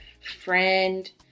friend